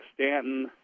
Stanton